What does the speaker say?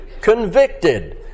convicted